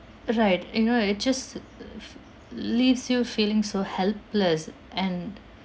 right you know it just leaves you feeling so helpless and